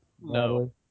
no